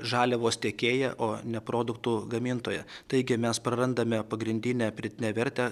žaliavos tiekėja o ne produktų gamintoja taigi mes prarandame pagrindinę pridėtinę vertę